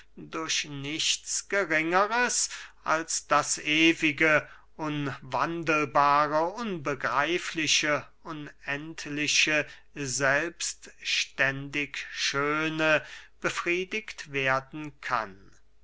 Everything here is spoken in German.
durch nichts geringeres als das ewige unwandelbare unbegreifliche unendliche selbstständigschöne befriedigt werden kann